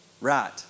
Right